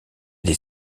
des